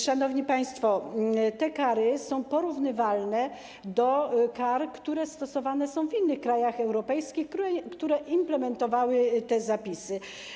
Szanowni państwo, te kary są porównywalne z karami, które stosowane są w innych krajach europejskich, które implementowały te zapisy.